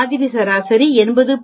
மாதிரி சராசரி 80